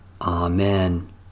Amen